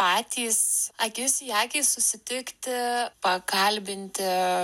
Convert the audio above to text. patys akis į akį susitikti pakalbinti